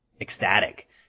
ecstatic